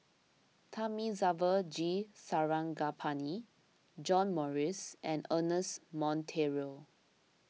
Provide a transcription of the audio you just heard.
Thamizhavel G Sarangapani John Morrice and Ernest Monteiro